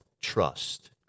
trust